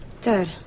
Dad